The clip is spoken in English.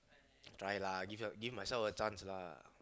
try lah give your give myself a chance lah